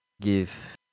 give